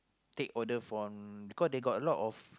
take order from because they got a lot of